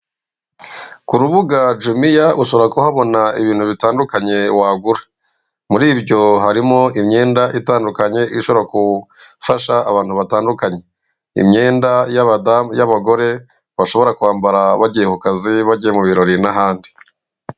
K'urubuga jumiya ushobora kuhabona ibintu bitandukanye wagura, muri ibyo harimo; imyenda itandukanye ishobora gufasha abantu batandukanye, imyenda y'abagore bashobora kwambara bagiye ku kazi bajya mu birori n'ahandi.